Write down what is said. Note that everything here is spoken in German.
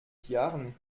jahren